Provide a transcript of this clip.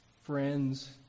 friends